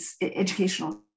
educational